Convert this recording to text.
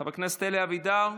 חבר הכנסת אלי אבידר,